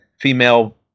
female